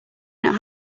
not